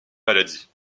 maladie